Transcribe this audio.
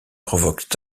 provoquent